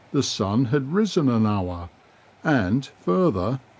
the sun had risen an hour and further,